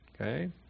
Okay